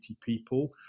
people